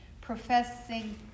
professing